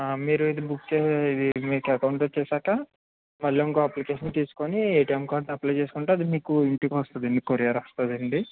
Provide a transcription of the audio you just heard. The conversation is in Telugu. మీరు ఇది బుక్కు చెస్ మీకు అకౌంటు వచ్చేసాక మళ్ళి ఇంకో అప్లికేషను తీసుకుని ఏటీఎం కార్డు అప్లై చేసుకుంటే అది మీకు ఇంటికి వస్తుంది అండి కోరియరు వస్తుంది అండి